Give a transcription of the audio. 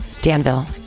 danville